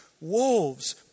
wolves